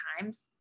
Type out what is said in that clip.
times